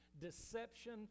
deception